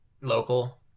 local